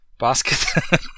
basket